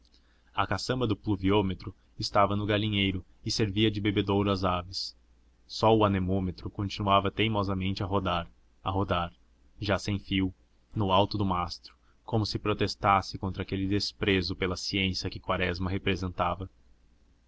a caçamba do pluviômetro estava no galinheiro e servia de bebedouro às aves só o anemômetro continuava teimosamente a rodar a rodar já sem fio no alto do mastro como se protestasse contra aquele desprezo pela ciência que quaresma representava